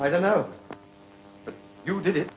i don't know but you did it